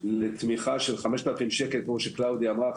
לתמיכה של 5000 שקל כמו שקלאודיה אמרה,